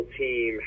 team